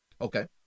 Okay